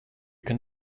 can